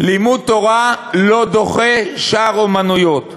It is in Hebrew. לימוד תורה לא דוחה שאר אומנויות.